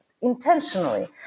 Intentionally